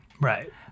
right